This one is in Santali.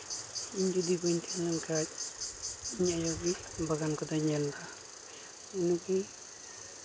ᱤᱧ ᱡᱩᱫᱤ ᱵᱟᱹᱧ ᱛᱟᱦᱮᱸ ᱞᱮᱱᱠᱷᱟᱡ ᱤᱧ ᱟᱭᱳᱜᱮ ᱵᱟᱜᱟᱱ ᱠᱚᱫᱚᱭ ᱧᱮᱞᱫᱟ ᱩᱱᱤᱜᱮ